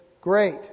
great